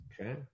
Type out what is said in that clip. Okay